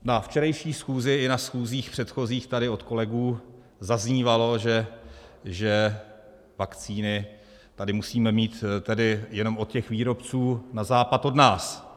Na včerejší schůzi, i na schůzích předchozích, tady od kolegů zaznívalo, že vakcíny tady musíme mít jenom od výrobců na západ od nás.